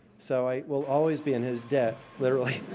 so i will always be in his debt, literally.